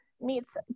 meets